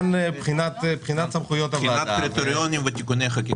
ועדת משנה לבחינת קריטריונים ותיקוני חקיקה.